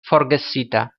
forgesita